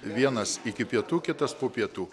vienas iki pietų kitas po pietų